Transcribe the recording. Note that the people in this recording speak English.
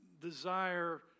desire